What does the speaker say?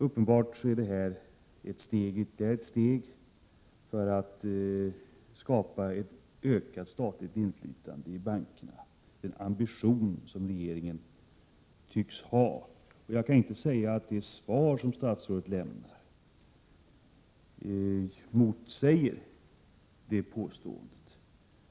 Uppenbarligen är det här fråga om ytterligare ett steg för att skapa ett ökat statligt inflytande i bankerna. Det är en ambition som regeringen tycks ha. Jag kan inte säga att det svar som statsrådet har lämnat motsäger det påståendet.